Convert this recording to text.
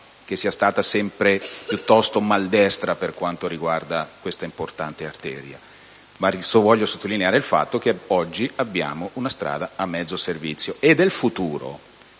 sia stata sempre piuttosto maldestra per quanto riguarda questa importante arteria. Voglio tuttavia sottolineare il fatto che oggi abbiamo una strada a mezzo servizio. E per il futuro,